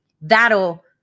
that'll